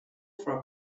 for